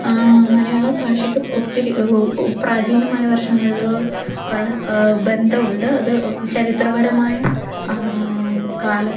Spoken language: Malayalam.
മലയാള ഭാഷയ്ക്ക് ഇപ്പം ഒത്തിരി പ്രാചീനമായ വരഷങ്ങളിൽ ഉള്ള ബന്ധവുണ്ട് അത് ചരിത്രപരമായി കാലം